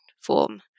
form